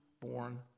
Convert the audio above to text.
born